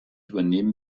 übernehmen